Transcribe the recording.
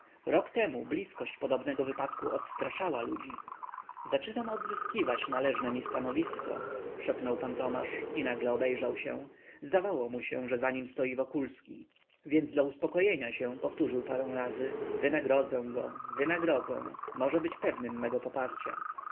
rok temu bliskość podobnego wypadku odstraszała ludzi zaczynam odzyskiwać należne mi stanowisko szepnął pan tomasz i nagle obejrzał się zdawało mu się że za nim stoi wokulski więc dla uspokojenia się powtórzył parę razy wynagrodzę go wynagrodzę może być pewnym mego poparcia